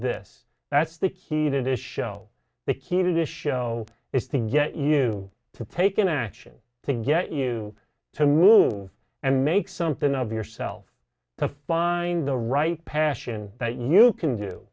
this that's the key to the show the key to the show is to get you to take an action to get you to move and make something of yourself to find the right passion that you can do